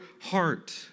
heart